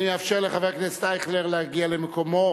אני אאפשר לחבר הכנסת אייכלר להגיע למקומו,